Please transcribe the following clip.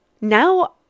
Now